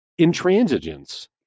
intransigence